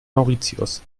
mauritius